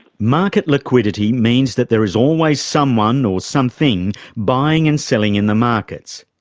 market liquidity means that there is always someone or something buying and selling in the markets.